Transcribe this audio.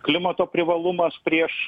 klimato privalumas prieš